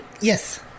yes